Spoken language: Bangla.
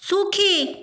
সুখী